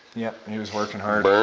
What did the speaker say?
yeah, it was working hard. burnt?